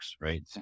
right